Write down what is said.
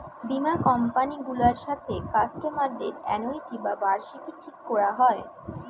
বীমা কোম্পানি গুলার সাথে কাস্টমারদের অ্যানুইটি বা বার্ষিকী ঠিক কোরা হয়